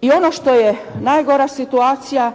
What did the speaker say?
I ono što je najgora situacija